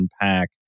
unpack